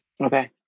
Okay